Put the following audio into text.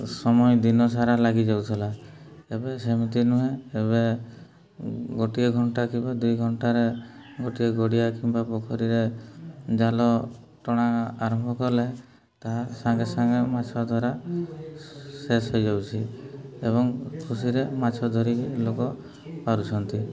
ସମୟ ଦିନ ସାରା ଲାଗିଯାଉଥିଲା ଏବେ ସେମିତି ନୁହେଁ ଏବେ ଗୋଟିଏ ଘଣ୍ଟା କିମ୍ବା ଦୁଇ ଘଣ୍ଟାରେ ଗୋଟିଏ ଗଡ଼ିଆ କିମ୍ବା ପୋଖରୀରେ ଜାଲ ଟଣା ଆରମ୍ଭ କଲେ ତାହା ସାଙ୍ଗେ ସାଙ୍ଗେ ମାଛ ଧରା ଶେଷ ହୋଇଯାଉଛି ଏବଂ ଖୁସିରେ ମାଛ ଧରିକି ଲୋକ ପାରୁଛନ୍ତି